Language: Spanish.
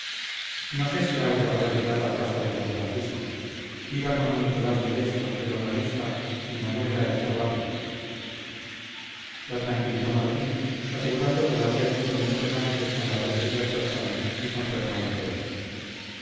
no sé si aura habrá llegado a casa de don francisco iba con nicolás ledesma el organista y manuela echavarri la tranquilizó martín asegurando que la había visto minutos antes con las referidas personas y con su hermano zoilo